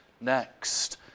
next